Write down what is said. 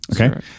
Okay